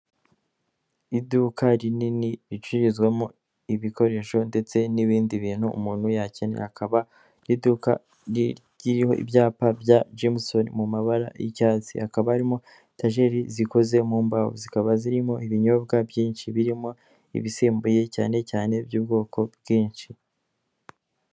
Iduka rinini ricururizwamo ibikoresho ndetse n'ibindi bintu umuntu yakenera hakaba n'iduka ririho ibyapa bya jameson mu mabara y'icyatsi hakaba harimo etajeri zikoze mu mbaho zikaba zirimo ibinyobwa byinshi birimo ibisembuye cyane cyane by'ubwoko bwinshi.